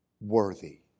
worthy